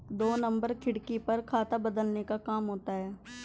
दो नंबर खिड़की पर खाता बदलने का काम होता है